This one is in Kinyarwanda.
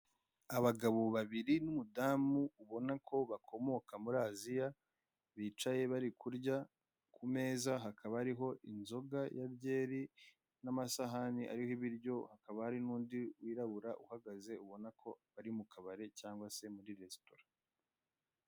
Abagabo babiri n'umudamu ubona ko bakomoka muri Aziya bicaye bari kurya ku meza hakaba hariho inzoga ya byeri n'amasahani ariho ibiryo hakaba hari n'undi wirabura uhagaze ubona ko ari mu kabari cyanwa se muri resitora.